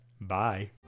Bye